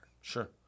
Sure